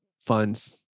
funds